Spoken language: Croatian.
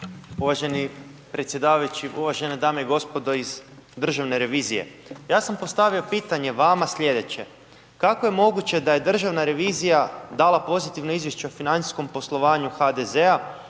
Uvaženi predsjedavajući, uvažene dame i gospodo iz Državne revizije, ja sam postavio pitanje vama slijedeće, kako je moguće da je Državna revizija dala pozitivno izvješće o financijskom poslovanju HDZ-a